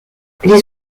les